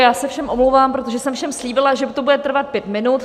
Já se všem omlouvám, protože jsem všem slíbila, že to bude trvat pět minut.